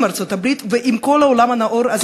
עם ארצות-הברית ועם כל העולם הנאור.